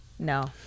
no